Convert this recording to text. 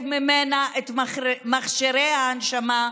צריך לנתק ממנה את מכשירי ההנשמה.